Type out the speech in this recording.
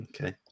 Okay